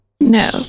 No